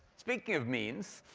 speaking of means